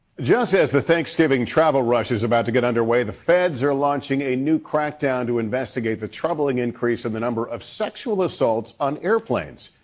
just as the thanksgiving travel rush is about to get underway, the feds are launching a crackdown to investigate the troubling increase in the number of sexual assaults on airplanes.